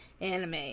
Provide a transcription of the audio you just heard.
anime